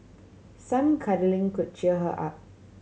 some cuddling could cheer her up